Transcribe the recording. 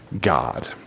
God